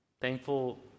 thankful